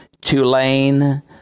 Tulane